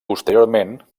posteriorment